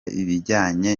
ibijyanye